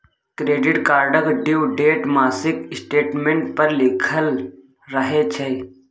credit कार्डक due date मासिक statement पर लिखल रहय छै